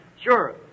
Sure